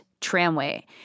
tramway